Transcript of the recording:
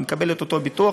הוא מקבל את אותו ביטוח.